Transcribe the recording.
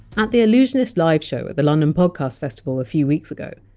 at the allusionist live show at the london podcast festival a few weeks ago,